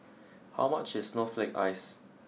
how much is snowflake ice